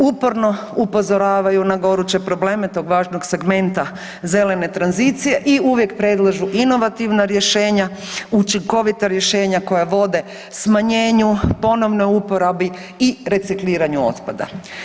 Uporno upozoravaju na goreće probleme tog važnog segmenta zelene tranzicije i uvijek predlažu inovativna rješenja, učinkovita rješenja koja vode smanjenju, ponovnoj uporabi i recikliranju otpada.